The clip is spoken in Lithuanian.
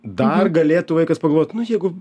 dar galėtų vaikas pagalvot nu jeigu